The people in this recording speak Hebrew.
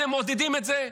אתם מעודדים את זה,